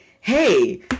hey